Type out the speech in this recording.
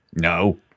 no